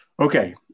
Okay